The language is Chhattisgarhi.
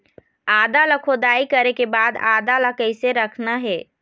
आदा ला खोदाई करे के बाद आदा ला कैसे रखना हे?